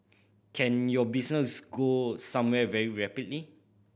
can your business go somewhere very rapidly